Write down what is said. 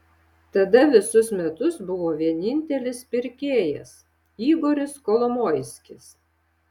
tada visus metus buvo vienintelis pirkėjas igoris kolomoiskis